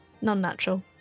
non-natural